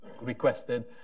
requested